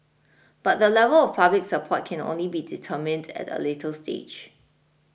but the level of public support can only be determined at a later stage